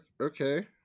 Okay